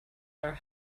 are